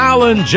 Alan